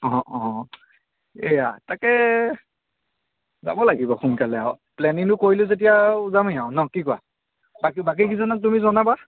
অ' অ' এয়া তাকে যাব লাগিব সোনকালে আৰু প্লেনিংটো কৰিলোঁ যেতিয়া আৰু যামেই আৰু ন নে কি কোৱা বাকী কেইজনক তুমি জনাবা